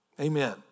Amen